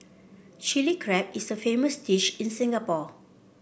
Chilli Crab is a famous dish in Singapore